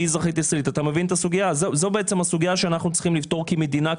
זו בעצם הסוגיה שאנחנו צריכים לפתור כמדינה,